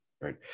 right